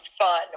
fun